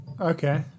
Okay